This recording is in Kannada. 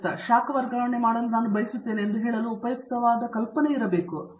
ಹಾಗಾಗಿ ನಾನು ಶಾಖ ವರ್ಗಾವಣೆ ಮಾಡಲು ಬಯಸುತ್ತೇನೆ ಎಂದು ಹೇಳಲು ಬಹಳ ಉಪಯುಕ್ತವಾದ ಕಲ್ಪನೆ ಇರಬಹುದು